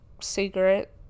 secret